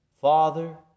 Father